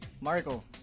Marco